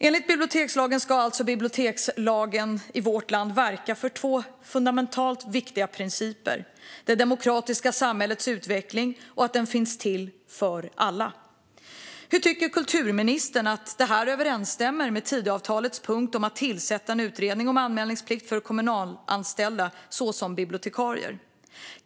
Enligt bibliotekslagen ska alltså biblioteken i vårt land verka för två fundamentalt viktiga principer: det demokratiska samhällets utveckling och att biblioteken finns till för alla. Hur tycker kulturministern att det här överensstämmer med Tidöavtalets punkt om att tillsätta en utredning om anmälningsplikt för kommunalanställda såsom bibliotekarier?